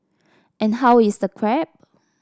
and how is the crab